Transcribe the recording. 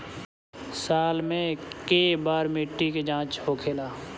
साल मे केए बार मिट्टी के जाँच होखेला?